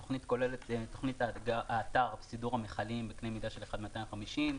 התוכנית כוללת תוכנית האתר וסידור המכלים בקנה מידה של 1:250,